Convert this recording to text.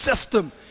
system